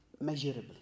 measurable